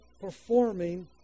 performing